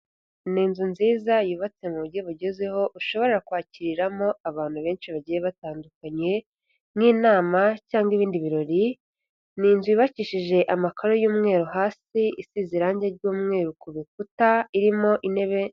Ni inzu nziza yubatse mu buryo bugezeho ushobora kwakiriramo abantu benshi bagiye batandukanye nk'inama cyangwa ibindi birori, ni inzu yubakishije amakaro y'umweru hasi, isize irange ry'umweru ku bikuta irimo intebe...